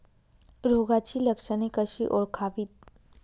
रोगाची लक्षणे कशी ओळखावीत?